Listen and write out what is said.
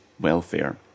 welfare